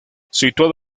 situado